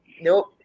nope